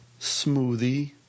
Smoothie